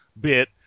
bit